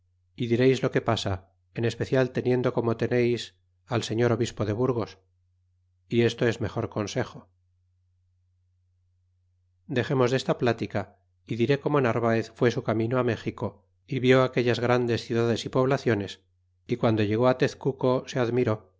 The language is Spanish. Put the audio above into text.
y direis lo que pasa en especial teniendo como teneis al señor obispo de burgos y esto es mejor consejo dexemonos desta plática y diré como narvaez fue su tarnino a méxico y vi aquellas grandes ciudades y poblaciones y guando llegó tez cuco se admiró